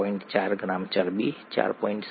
4 gram ચરબી 4